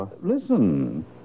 Listen